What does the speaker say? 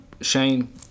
Shane